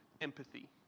empathy